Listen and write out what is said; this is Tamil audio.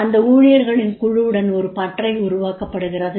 அந்த ஊழியர்களின் குழுவுடன் ஒரு பட்டறை உருவாக்கப் படுகிறது